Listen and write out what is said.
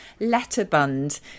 letterbund